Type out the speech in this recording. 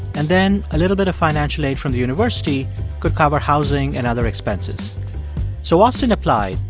and then a little bit of financial aid from the university could cover housing and other expenses so austin applied,